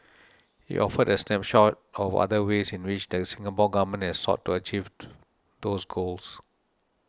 he offered a snapshot of other ways in which the Singapore Government has sought to achieve to those goals